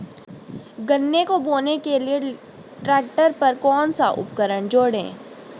गन्ने को बोने के लिये ट्रैक्टर पर कौन सा उपकरण जोड़ें?